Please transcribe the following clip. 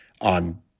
on